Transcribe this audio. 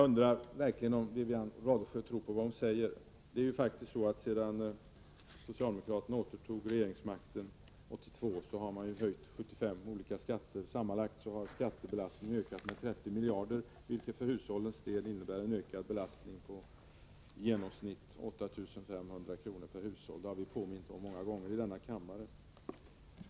Herr talman! Jag undrar verkligen om Wivi-Anne Radesjö tror på det hon säger. Det är faktiskt så att sedan socialdemokraterna återtog regeringsmakten 1982 har de höjt 75 olika skatter. Sammanlagt har skattebelastningen ökat med 30 miljarder, vilket för hushållens del innebär en ökad beslastning på i genomsnitt 8 500 kr. per hushåll. Det har vi påmint om flera gånger här i kammaren.